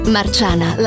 Marciana